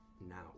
now